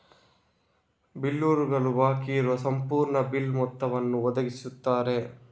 ಬಿಲ್ಲರುಗಳು ಬಾಕಿ ಇರುವ ಸಂಪೂರ್ಣ ಬಿಲ್ ಮೊತ್ತವನ್ನು ಒದಗಿಸುತ್ತಾರೆ